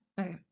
Okay